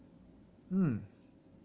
mm